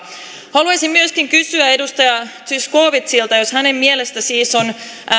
haluaisin myöskin kysyä edustaja zyskowiczilta jos hänen mielestään siis on